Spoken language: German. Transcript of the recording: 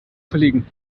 kollegen